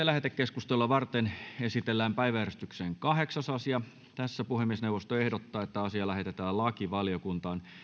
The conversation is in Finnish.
lähetekeskustelua varten esitellään päiväjärjestyksen kahdeksas asia tässä puhemiesneuvosto ehdottaa että asia lähetetään lakivaliokuntaan